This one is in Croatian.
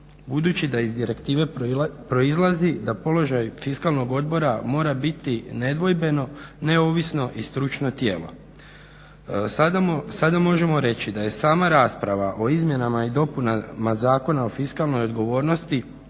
Budući da iz direktive proizlazi da položaj fiskalnog odbora mora biti nedvojbeno, neovisno i stručno tijelo. Sada možemo reći da je sama rasprava o izmjenama i dopunama Zakona o fiskalnoj odgovornosti